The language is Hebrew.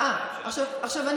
עכשיו,